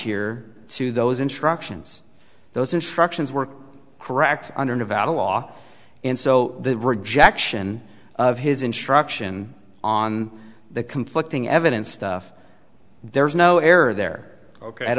here to those instructions those instructions were correct under nevada law and so the rejection of his instruction on the conflicting evidence stuff there's no error there ok at